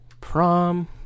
Prom